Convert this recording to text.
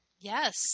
Yes